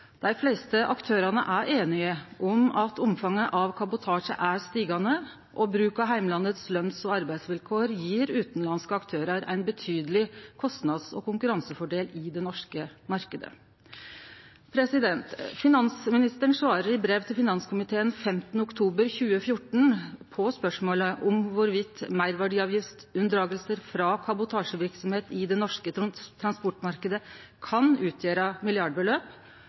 Dei fleste aktørane er einige om at omfanget av kabotasje er stigande, og bruk av heimlandets løns- og arbeidsvilkår gjev utanlandske aktørar ein betydeleg kostnads- og konkurransefordel i den norske marknaden. Finansministeren svarer i brev til finanskomiteen 15. oktober 2014 på spørsmålet om meirverdiavgiftsunndragingar frå kabotasjeverksemd i den norske transportmarknaden kan utgjere milliardbeløp, og at dette representerer konkurransevriding i disfavør av norske